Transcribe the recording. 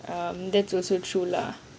um that's also true lah